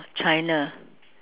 China